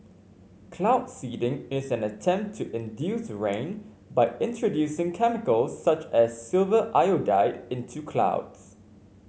cloud seeding is an attempt to induce rain by introducing chemicals such as silver iodide into clouds